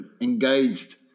engaged